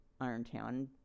Irontown